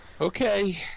okay